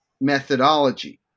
methodology